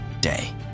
day